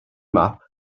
map